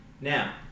Now